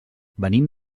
venim